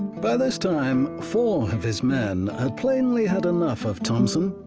by this time, four of his men had plainly had enough of thompson,